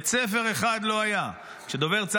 בית ספר אחד לא היה.